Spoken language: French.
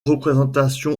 représentation